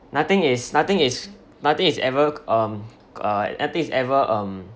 nothing is nothing is nothing is ever um uh nothing is ever um